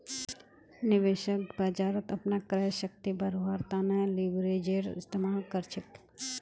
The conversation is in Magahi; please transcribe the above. निवेशक बाजारत अपनार क्रय शक्तिक बढ़व्वार तने लीवरेजेर इस्तमाल कर छेक